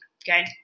Okay